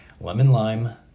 lemon-lime